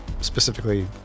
specifically